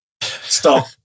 stop